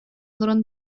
олорон